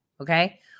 Okay